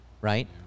right